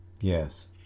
Yes